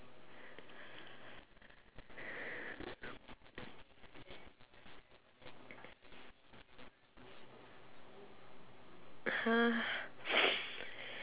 !huh!